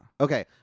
Okay